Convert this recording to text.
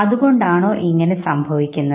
അതു കൊണ്ടാണോ ഇങ്ങനെ സംഭവിക്കുന്നത്